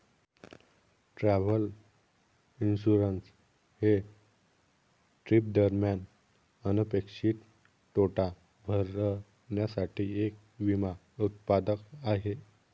travel insurance हे trip दरम्यान अनपेक्षित तोटा भरण्यासाठी एक विमा उत्पादन आहे